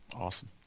Awesome